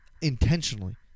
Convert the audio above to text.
intentionally